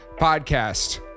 Podcast